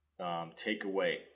takeaway